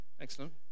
excellent